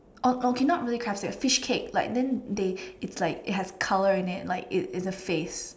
okay okay not really crab sticks fish cake like then they it's like it has colour in it like it's it's a face